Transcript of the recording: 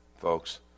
folks